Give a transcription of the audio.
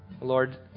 Lord